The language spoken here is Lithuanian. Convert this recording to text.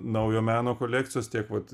naujo meno kolekcijos tiek vat